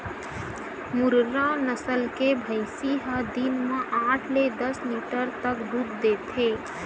मुर्रा नसल के भइसी ह दिन म आठ ले दस लीटर तक दूद देथे